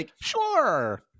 Sure